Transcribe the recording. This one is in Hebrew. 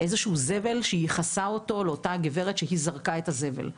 איזשהו זבל שהיא ייחסה אותו לאותה גברת שהיא זרקה את הזבל.